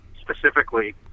specifically